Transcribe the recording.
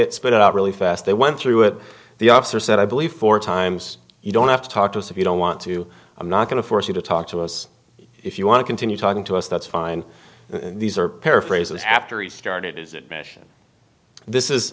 out really fast they went through it the officer said i believe four times you don't have to talk to us if you don't want to i'm not going to force you to talk to us if you want to continue talking to us that's fine these are paraphrases after he started his admission this is